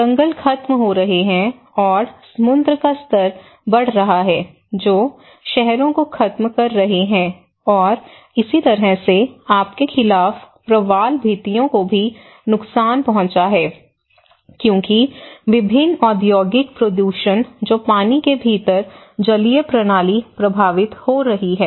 जंगल खत्म हो रहे हैं और समुद्र का स्तर बढ़ रहा है जो शहरों को खत्म कर रहे हैं और इस तरह से आपके खिलाफ प्रवाल भित्तियों को भी नुकसान पहुँचा है क्योंकि विभिन्न औद्योगिक प्रदूषण जो पानी के भीतर जलीय प्रणाली प्रभावित हो रही है